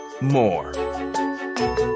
more